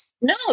no